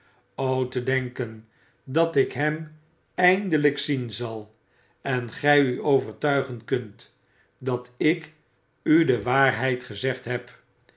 o te denken dat ik hem eindelijk zien zal en gij u overtuigen kunt dat ik u de waarheid gezegd heb